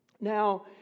Now